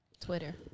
Twitter